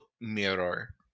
mirror